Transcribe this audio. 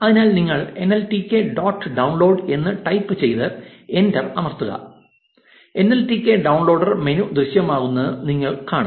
അതിനാൽ നിങ്ങൾ NLTK dot download എന്ന് ടൈപ്പ് ചെയ്ത് എന്റർ അമർത്തുക എൻഎൽടികെ ഡൌൺലോഡർ മെനു ദൃശ്യമാകുന്നത് നിങ്ങൾ കാണും